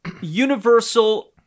universal